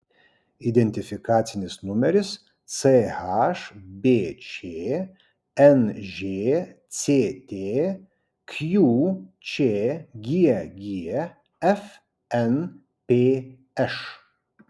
identifikacinis numeris chbč nžct qčgg fnpš